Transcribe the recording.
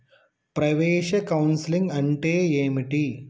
ప్రవేశ కౌన్సెలింగ్ అంటే ఏమిటి?